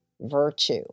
virtue